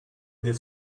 del